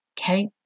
Okay